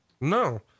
No